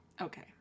Okay